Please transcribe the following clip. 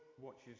watches